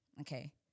okay